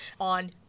on